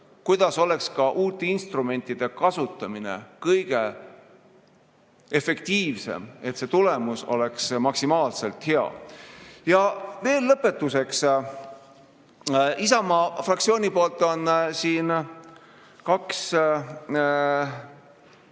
luues oleks uute instrumentide kasutamine kõige efektiivsem, et tulemus oleks maksimaalselt hea. Ja lõpetuseks. Isamaa fraktsioonilt on siin kaks